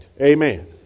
Amen